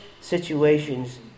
situations